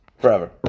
forever